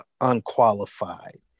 unqualified